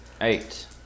Eight